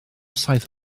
saith